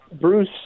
Bruce